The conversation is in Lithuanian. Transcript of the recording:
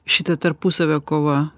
šita tarpusavio kova